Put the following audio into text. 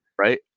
Right